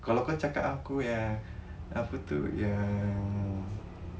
kalau kau cakap aku yang apa tu yang